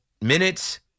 minutes